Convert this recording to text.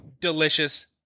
delicious